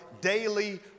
daily